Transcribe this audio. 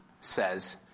says